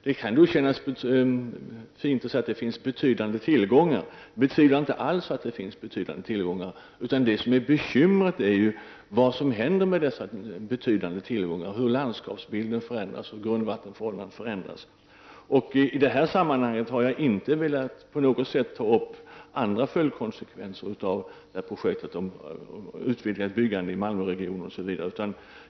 Det kan kännas fint att säga att det finns betydande tillgångar. Jag betvivlar inte alls att det finns betydande tillgångar. Det som är bekymret är ju vad som händer med dessa betydande tillgångar — hur landskapsbilden och grundvattenförhållandena förändras. I det här sammanhanget har jag inte på något sätt velat ta upp andra konsekvenser av det här projektet som t.ex. ett utvidgat byggande i Malmöregionen.